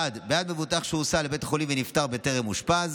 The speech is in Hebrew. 1. בעד מבוטח שהוסע לבית חולים ונפטר בטרם אושפז